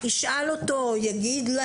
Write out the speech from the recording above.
ישאל אותו או יגיד: